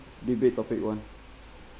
debate topic one